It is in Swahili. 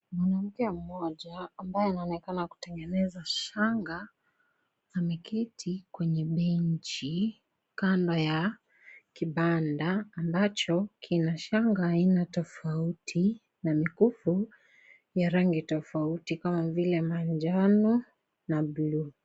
Mwanamke mmoja ambaye anaonekana kutengeneza shanga ameketi kwenye benji Kando ya kibanda ambacho kina Shanga aina tofauti na mikufu ya rangi tofauti kama vile manjano na bluu.